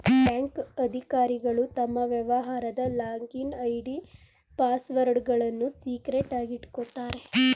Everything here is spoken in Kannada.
ಬ್ಯಾಂಕ್ ಅಧಿಕಾರಿಗಳು ತಮ್ಮ ವ್ಯವಹಾರದ ಲಾಗಿನ್ ಐ.ಡಿ, ಪಾಸ್ವರ್ಡ್ಗಳನ್ನು ಸೀಕ್ರೆಟ್ ಆಗಿ ಇಟ್ಕೋತಾರೆ